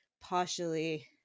partially